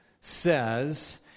says